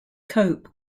cope